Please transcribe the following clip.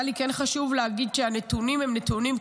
היה לי חשוב להגיד שהנתונים הם נתונים קשים,